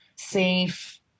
safe